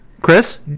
chris